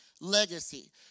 Legacy